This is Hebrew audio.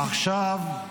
עכשיו,